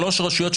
שלוש רשויות,